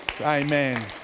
Amen